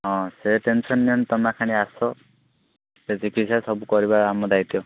ହଁ ସେ ଟେନସନ୍ ନିଅନି ତୁମେ ଖାଲି ଆସ ସେ ଚିକିତ୍ସା ସବୁ କରିବା ଆମ ଦାୟିତ୍ୱ